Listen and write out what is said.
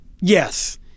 Yes